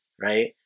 right